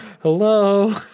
Hello